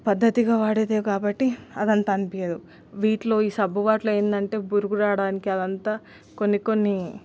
పద్దతిగా వాడేదే కాబట్టి అదంతనిపీయదు వీటిలో ఈ సబ్బు వాటిలో ఏందంటే బురుగురాడానికి అదంత కొన్ని కొన్ని